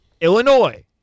Illinois